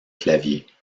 clavier